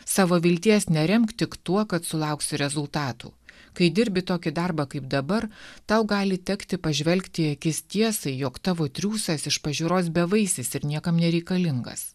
savo vilties neremk tik tuo kad sulauksi rezultatų kai dirbi tokį darbą kaip dabar tau gali tekti pažvelgti į akis tiesai jog tavo triūsas iš pažiūros bevaisis ir niekam nereikalingas